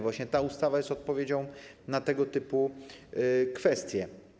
Właśnie ta ustawa jest odpowiedzią na tego typu kwestie.